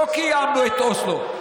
לא קיימנו את אוסלו.